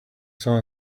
saw